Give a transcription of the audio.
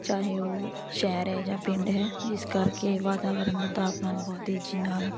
ਚਾਹੇ ਉਹ ਸ਼ਹਿਰ ਹੈ ਜਾਂ ਪਿੰਡ ਹੈ ਜਿਸ ਕਰਕੇ ਵਾਤਾਵਰਨ ਦਾ ਤਾਪਮਾਨ ਬਹੁਤ ਤੇਜ਼ੀ ਨਾਲ